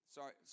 Sorry